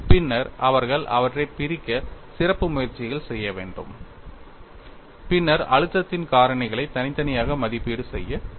பின்னர் அவர்கள் அவற்றைப் பிரிக்க சிறப்பு முயற்சிகள் செய்ய வேண்டும் பின்னர் அழுத்தத்தின் காரணிகளை தனித்தனியாக மதிப்பீடு செய்ய வேண்டும்